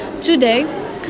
today